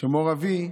כשמו"ר אבי,